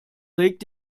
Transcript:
regt